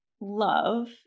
Love